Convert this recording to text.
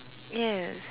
yes